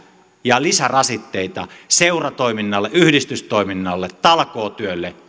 ja lisärasitteita seuratoiminnalle yhdistystoiminnalle talkootyölle